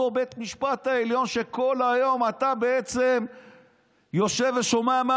אותו בית משפט עליון שכל היום אתה בעצם יושב ושומע מה